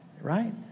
right